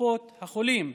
ובקופות החולים.